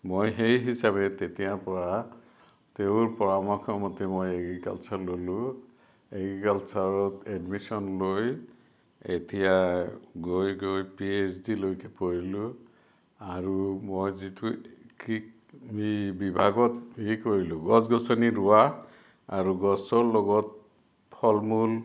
মই সেই হিচাপে তেতিয়াৰ পৰা তেওঁৰ পৰামৰ্শ মতে মই এগ্ৰিকালচাৰ ল'লো এগ্ৰিকালচাৰত এডমিশ্যন লৈ এতিয়া গৈ গৈ পি এইছ ডিলৈকে পঢ়িলো আৰু মই যিটো বিভাগত এই কৰিলোঁ গছ গছনি ৰোৱা আৰু গছৰ লগত ফল মূল